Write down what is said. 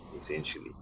essentially